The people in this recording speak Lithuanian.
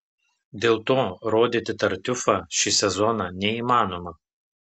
dėl to rodyti tartiufą šį sezoną neįmanoma